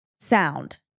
sound